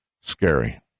Scary